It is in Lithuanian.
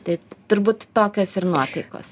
tai turbūt tokios ir nuotaikos